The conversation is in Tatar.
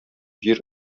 җир